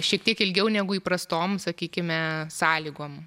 šiek tiek ilgiau negu įprastom sakykime sąlygom